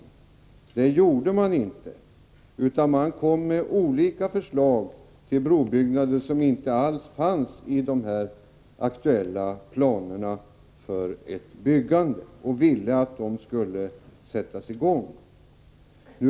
Men det gjorde de inte, utan socialdemokraterna kom med olika förslag till brobyggande som inte alls fanns i de aktuella planerna för byggande och ville att de skulle sättas i gång.